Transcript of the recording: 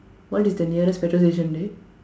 what is the nearest petrol station dey